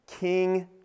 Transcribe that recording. King